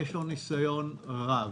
יש לו ניסיון רב.